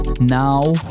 Now